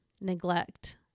neglect